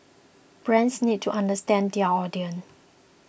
brands need to understand their audience